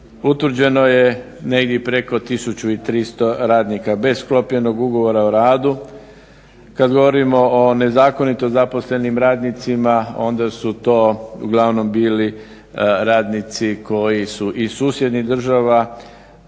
utvrđeno je negdje preko 1300 radnika bez sklopljenog ugovora o radu. Kada govorimo o nezakonito zaposlenim radnicima onda su to uglavnom bili radnici koji su iz susjednih država,